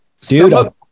Dude